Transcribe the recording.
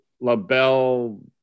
LaBelle